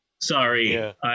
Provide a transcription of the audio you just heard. Sorry